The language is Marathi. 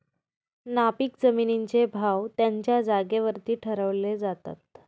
नापीक जमिनींचे भाव त्यांच्या जागेवरती ठरवले जातात